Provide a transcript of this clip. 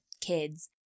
kids